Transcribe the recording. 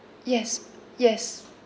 yes yes